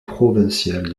provincial